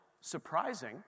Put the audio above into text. surprising